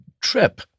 trip